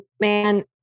man